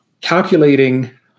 calculating